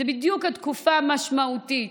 זו בדיוק התקופה המשמעותית,